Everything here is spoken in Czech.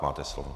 Máte slovo.